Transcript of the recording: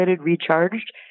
recharged